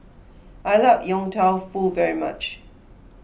I like Yong Tau Foo very much